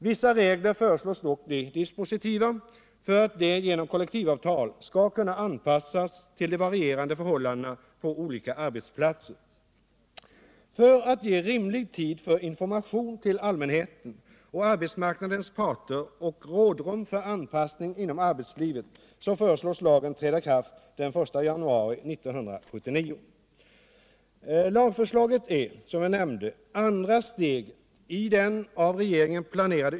Vissa regler föreslås dock bli dispositiva för att de genom kollektivavtal skall kunna anpassas till de varierande förhållandena på olika arbetsplatser.